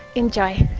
enjoy!